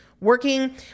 working